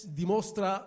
dimostra